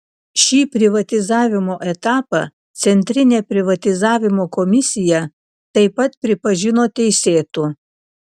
šį privatizavimo etapą centrinė privatizavimo komisija taip pat pripažino teisėtu